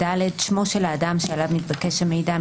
שמו של האדם שעליו מתבקש המידע,